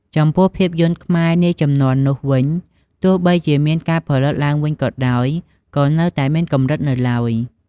ចំពោះភាពយន្តខ្មែរនាជំនាន់នោះវិញ ទោះបីជាមានការផលិតឡើងវិញក៏ដោយ ក៏នៅតែមានកម្រិតនៅឡើយ។